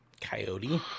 Coyote